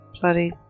bloody